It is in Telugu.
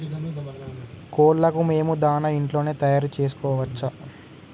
కోళ్లకు మేము దాణా ఇంట్లోనే తయారు చేసుకోవచ్చా?